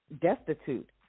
destitute